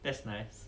that's nice